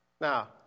Now